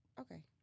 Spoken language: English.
Okay